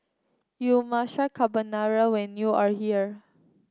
you must try Carbonara when you are here